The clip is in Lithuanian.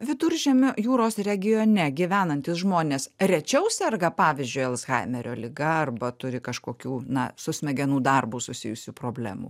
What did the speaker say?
viduržemio jūros regione gyvenantys žmonės rečiau serga pavyzdžiui alzhaimerio liga arba turi kažkokių na su smegenų darbu susijusių problemų